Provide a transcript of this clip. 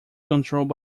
controlled